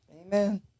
Amen